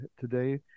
today